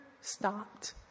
stopped